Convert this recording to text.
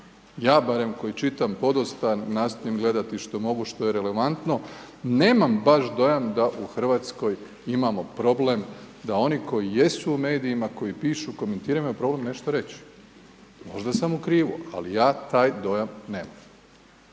Ja barem koji čitam podosta, nastojim gledati što mogu, što je relevantno, nemam baš dojam da u Hrvatskoj imamo problem da oni koji jesu u medijima, koji pišu, komentiraju, imaju problem nešto reći. Možda sam u krivu, ali ja taj dojam nemam